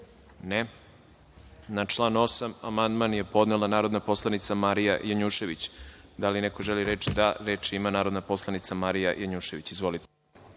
(Ne)Na član 8. amandman je podnela narodna poslanica Marija Janjušević. Da li neko želi reč? Reč ima narodni poslanik Marija Janjušević. Izvolite.